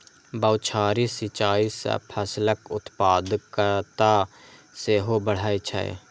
बौछारी सिंचाइ सं फसलक उत्पादकता सेहो बढ़ै छै